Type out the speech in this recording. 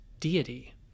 deity